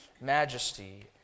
majesty